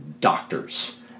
doctors